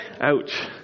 Ouch